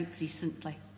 recently